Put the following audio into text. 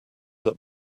that